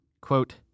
Quote